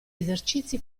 esercizi